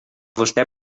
vostè